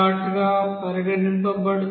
గా పరిగణించబడుతుంది